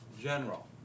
general